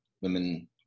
women